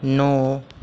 नौ